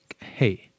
Hey